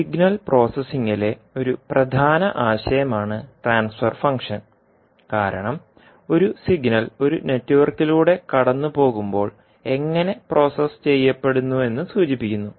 signal പ്രോസസ്സിംഗിലെ ഒരു പ്രധാന ആശയമാണ് ട്രാൻസ്ഫർ ഫംഗ്ഷൻ കാരണം ഒരു സിഗ്നൽ ഒരു നെറ്റ്വർക്കിലൂടെ കടന്നുപോകുമ്പോൾ എങ്ങനെ പ്രോസസ്സ് ചെയ്യപ്പെടുന്നുവെന്ന് സൂചിപ്പിക്കുന്നു